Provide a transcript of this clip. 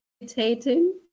meditating